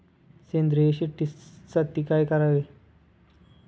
सेंद्रिय शेती कशी करावी?